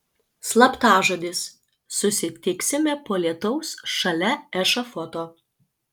slaptažodis susitiksime po lietaus šalia ešafoto